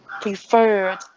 preferred